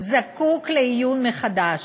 זקוק לעיון מחדש.